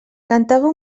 cantava